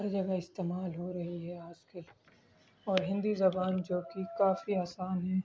ہر جگہ استعمال ہو رہی ہے آج کل اور ہندی زبان جوکہ کافی آسان ہے